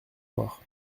noir